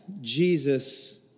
Jesus